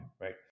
right